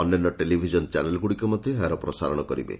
ଅନ୍ୟାନ୍ୟ ଟେଲିଭିଜନ ଚ୍ୟାନେଲଗୁଡ଼ିକ ମଧ ଏହାର ପ୍ରସାରଣ କରିବେ